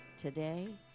Today